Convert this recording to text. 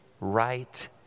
right